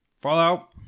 Fallout